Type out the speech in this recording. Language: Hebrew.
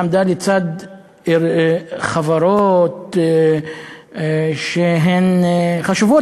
עמדו לצד חברות שהן חשובות,